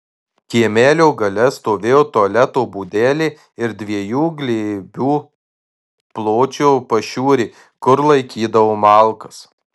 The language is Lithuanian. kiemelio gale stovėjo tualeto būdelė ir dviejų glėbių pločio pašiūrė kur laikydavo malkas